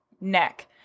neck